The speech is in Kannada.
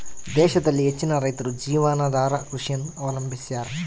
ದೇಶದಲ್ಲಿ ಹೆಚ್ಚಿನ ರೈತರು ಜೀವನಾಧಾರ ಕೃಷಿಯನ್ನು ಅವಲಂಬಿಸ್ಯಾರ